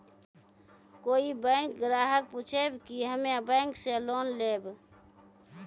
कोई बैंक ग्राहक पुछेब की हम्मे बैंक से लोन लेबऽ?